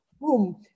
Boom